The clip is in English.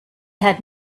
had